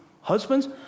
husbands